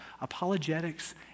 Apologetics